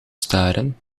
staren